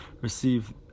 receive